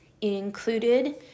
included